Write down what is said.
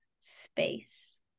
space